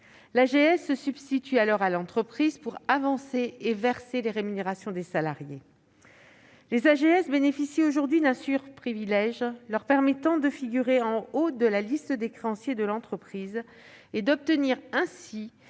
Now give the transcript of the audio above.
l'AGS se substitue alors à l'entreprise pour avancer et verser les rémunérations des salariés. L'AGS bénéficie aujourd'hui d'un superprivilège, lui permettant de figurer en haut de la liste des créanciers de l'entreprise et d'obtenir ainsi